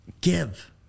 give